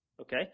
okay